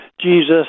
Jesus